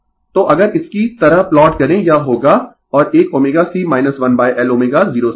तो अगर इसकी तरह प्लॉट करें यह होगा और एक ωC 1Lω 0 से कम